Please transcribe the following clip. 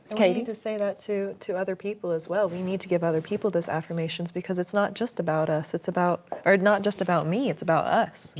need to say that to to other people as well. we need to give other people this affirmation because it's not just about us, it's about, or not just about me, it's about us. yeah